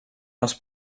els